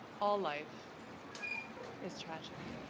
all life is tragic